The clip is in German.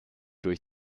durch